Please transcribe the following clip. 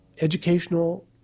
educational